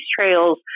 trails